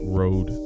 road